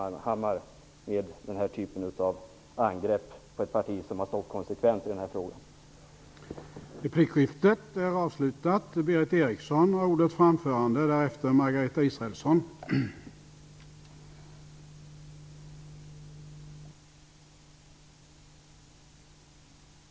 Sluta upp med den här typen av angrepp på ett parti som har varit konsekvent i den frågan, Ingbritt Irhammar!